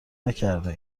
نکرده